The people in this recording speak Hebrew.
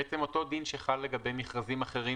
בעצם אותו דין שחל לגבי מכרזים אחרים